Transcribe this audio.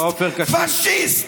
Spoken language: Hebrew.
פשיסט.